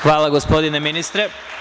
Hvala, gospodine ministre.